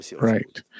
right